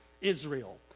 Israel